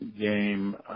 game